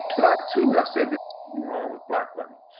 that i too have said that wrong with black women,